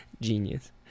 Genius